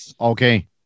Okay